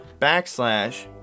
backslash